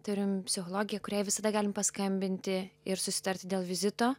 turim psichologę kuriai visada galim paskambinti ir susitarti dėl vizito